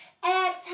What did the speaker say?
Exhale